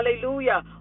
hallelujah